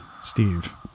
Steve